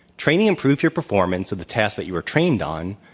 training improves your performance of the tasks that you were trained on,